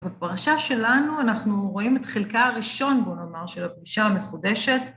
בפרשה שלנו אנחנו רואים את חלקה הראשון, בוא נאמר, של הפגישה המחודשת.